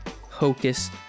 Hocus